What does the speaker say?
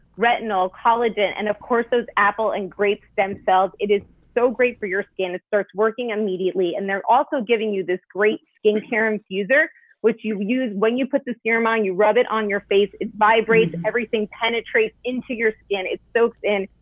retinol, collagen and of course those apple and grape stem cells. it is so great for your skin. it starts working immediately and they're also giving you this great skincare infuser which you use when you put the serum on, you rub it on your face, it vibrates, everything penetrates into your skin, it soaks in,